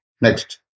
Next